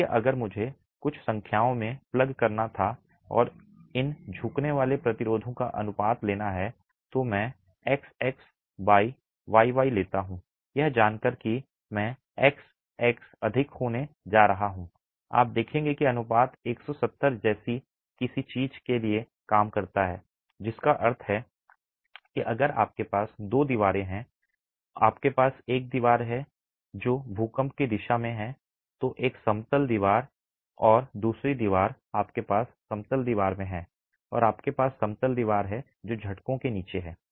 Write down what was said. इसलिए अगर मुझे कुछ संख्याओं में प्लग करना था और इन झुकने वाले प्रतिरोधों का अनुपात लेना है तो मैं I xx I yy लेता हूं यह जानकर कि मैं xx अधिक होने जा रहा हूं आप देखेंगे कि अनुपात 170 जैसी किसी चीज़ के लिए काम करता है जिसका अर्थ है कि अगर आपके पास दो दीवारें हैं आपके पास एक दीवार है जो भूकंप की दिशा में है तो एक समतल दीवार और दूसरी दीवार आपके पास समतल दीवार में है और आपके पास समतल दीवार है जो झटकों के नीचे है